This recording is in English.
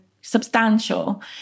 substantial